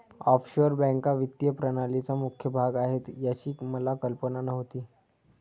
offshore बँका वित्तीय प्रणालीचा मुख्य भाग आहेत याची मला कल्पना नव्हती